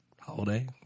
holiday